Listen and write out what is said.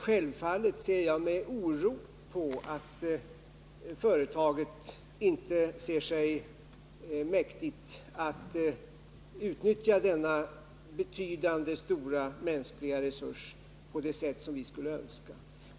Självfallet ser jag med oro på att företaget inte ser sig mäktigt att utnyttja denna stora och betydande mänskliga resurs på det sätt som vi skulle önska.